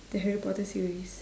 the harry potter series